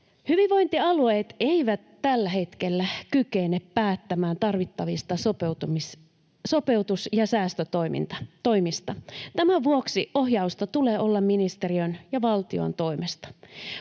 Hyvinvointialueet eivät tällä hetkellä kykene päättämään tarvittavista sopeutus- ja säästötoimista. Tämän vuoksi ohjausta tulee olla ministeriön ja valtion toimesta.